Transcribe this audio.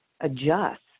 adjust